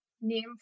name